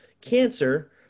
cancer